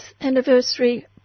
anniversary